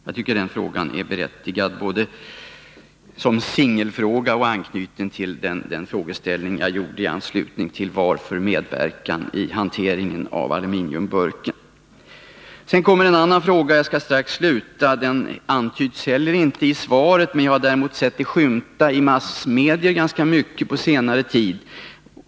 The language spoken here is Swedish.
Jag tycker att den frågan är berättigad både som singelfråga och som en fråga i anslutning till frågan om statlig medverkan i hanteringen av aluminiumburkar. Jag skall strax sluta, men jag vill ta upp ytterligare en fråga. Det sägs ingenting om den i svaret, men jag har sett den skymta i massmedia ganska mycket på senare tid.